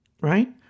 Right